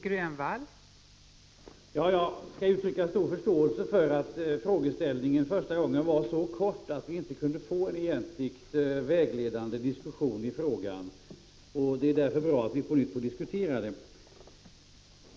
Fru talman! Jag skall gärna uttrycka stor förståelse för att frågeställningen första gången var så kort att vi inte kunde få en egentligen vägledande diskussion i frågan. Det är därför bra att vi på nytt får diskutera den.